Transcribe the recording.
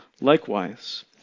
Likewise